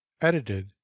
edited